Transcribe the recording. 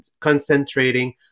concentrating